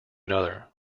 another